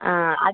ആ